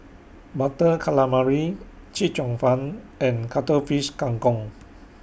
Butter Calamari Chee Cheong Fun and Cuttlefish Kang Kong